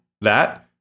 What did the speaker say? that-